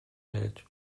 welt